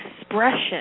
expression